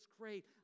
great